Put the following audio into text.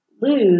lose